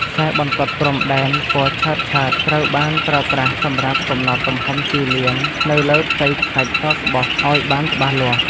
ខ្សែបន្ទាត់ព្រំដែនពណ៌ឆើតៗត្រូវបានប្រើប្រាស់សម្រាប់កំណត់ទំហំទីលាននៅលើផ្ទៃខ្សាច់សក្បុសឱ្យបានច្បាស់លាស់។